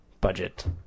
budget